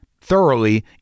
thoroughly